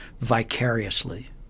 vicariously